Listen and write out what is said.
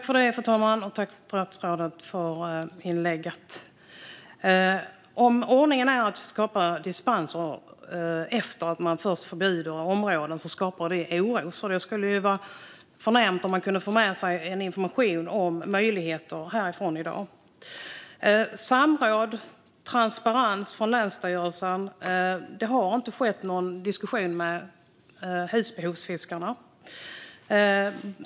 Fru talman! Tack, statsrådet, för inlägget! Om ordningen är att göra dispenser efter att man först förbjuder fiske i områden skapar det oro. Det skulle vara förnämligt om man kunde få med sig information om möjligheter här i dag. Statsrådet talar om samråd och transparens från länsstyrelsen. Det har inte skett någon diskussion med husbehovsfiskarna.